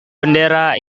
bendera